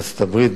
מארצות-הברית,